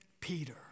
Peter